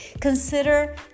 consider